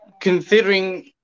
considering